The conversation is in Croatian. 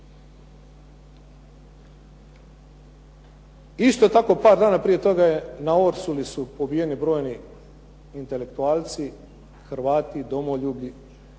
Isto tako par dana prije toga je na Orsuli su pobijeni mnogi intelektualci, Hrvati, domoljubi